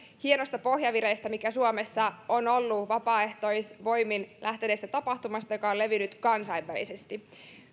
hienosta pohjavireestä mikä suomessa on ollut kun vapaaehtoisvoimin lähtenyt tapahtuma on levinnyt kansainvälisesti